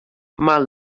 mal